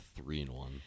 three-in-one